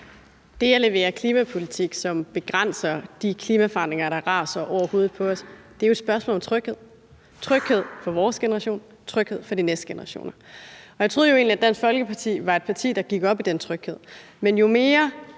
Det at levere en klimapolitik, som begrænser de klimaforandringer, der raser over hovedet på os, er jo et spørgsmål om tryghed; tryghed for vores generation, tryghed for de næste generationer. Og jeg troede jo egentlig, at Dansk Folkeparti var et parti, der gik op i den tryghed, men jo mere